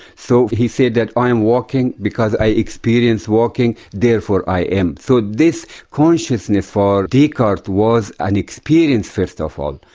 so he says that i am walking because i experience walking, therefore i am. so this consciousness for descartes was an experience first of all.